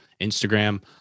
Instagram